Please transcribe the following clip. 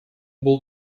был